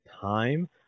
time